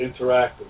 interactive